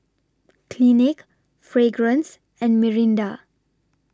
Clinique Fragrance and Mirinda